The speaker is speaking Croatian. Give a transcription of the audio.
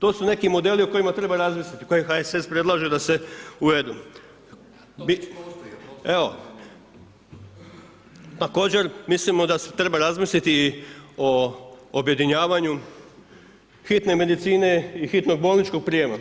To su neki modeli o kojima treba razmisliti, koje HSS predlaže da se uvedu. ... [[Upadica: ne čuje se.]] Evo, također mislimo da se treba razmisliti o objedinjavanju hitne medicine i hitnog bolničkog prijema